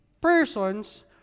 persons